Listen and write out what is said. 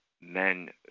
Men